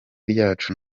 ryacu